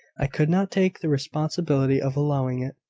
i could not take the responsibility of allowing it.